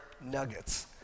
nuggets